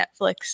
Netflix